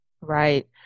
Right